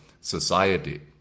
society